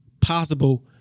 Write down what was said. possible